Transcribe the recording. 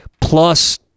plus